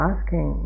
Asking